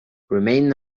remain